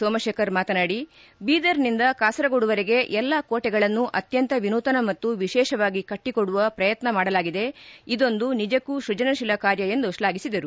ಸೋಮಶೇಖರ್ ಮಾತನಾಡಿ ಬೀದರ್ನಿಂದ ಕಾಸರಗೋಡುವರೆಗೆ ಎಲ್ಲ ಕೋಟೆಗಳನ್ನು ಅತ್ಯಂತ ವಿನೂತನ ಮತ್ತು ವಿಶೇಷವಾಗಿ ಕಟ್ಟಿಕೊಡುವ ಪ್ರಯತ್ತ ಮಾಡಲಾಗಿದೆ ಇದೊಂದು ನಿಜಕ್ಕೂ ಸ್ವಜನಶೀಲ ಕಾರ್ಯ ಎಂದು ಶ್ಲಾಘಿಸಿದರು